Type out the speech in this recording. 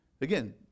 Again